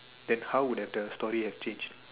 then how would have the story have changed